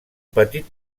petit